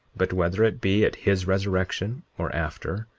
but whether it be at his resurrection or after,